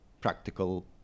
practical